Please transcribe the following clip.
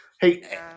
hey